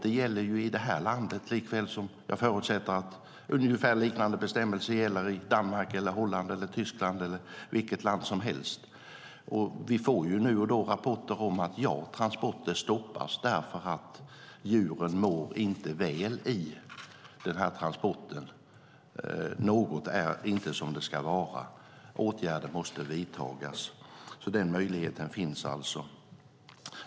Det gäller i det här landet, och jag förutsätter att liknande bestämmelser gäller i Danmark, Holland, Tyskland eller vilket land som helst. Vi får nu och då rapporter om att transporter stoppas därför att djuren inte mår väl i transporten. Det är något som inte är som det ska vara. Åtgärder måste vidtas. Den möjligheten finns alltså.